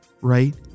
right